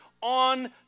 on